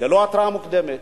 ללא התרעה מוקדמת,